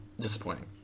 disappointing